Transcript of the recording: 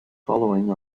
following